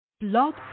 Blog